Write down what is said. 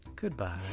Goodbye